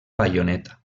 baioneta